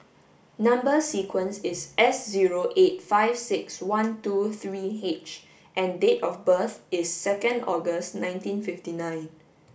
number sequence is S zero eight five six one two three H and date of birth is second August nineteen fifty nine